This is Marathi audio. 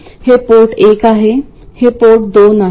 हे पोर्ट एक आहे आणि हे पोर्ट दोन आहे